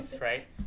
right